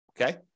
Okay